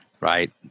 Right